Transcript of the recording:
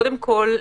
קודם כל,